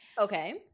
Okay